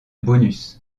bonus